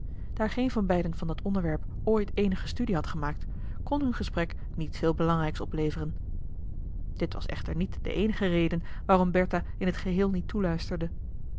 daar geen van beiden van dat onderwerp ooit eenige studie had gemaakt kon hun gesprek niet veel belangrijks opleveren dit was echter niet de eenige reden waarom bertha in t geheel niet toeluisterde